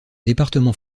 département